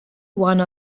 one